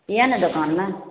यऽ ने दोकानमे